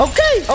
Okay